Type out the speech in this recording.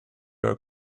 are